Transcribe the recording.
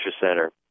center